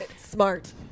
Smart